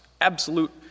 absolute